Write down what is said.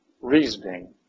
reasoning